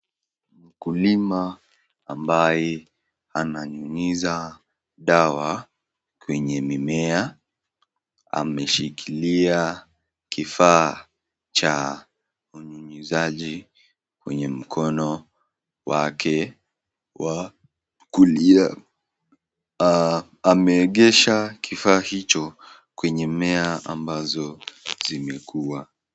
Mkulima ambaye ananyunyiza dawa kwenye mimea anashikiia kifaa cha unyunyizaji kwenye mkono wake wa kulia. Ameegesha kifaa hicho kwenye mimea ambazo zimekua.